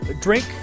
drink